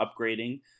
upgrading